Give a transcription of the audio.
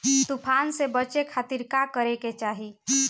तूफान से बचे खातिर का करे के चाहीं?